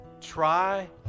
Try